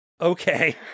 Okay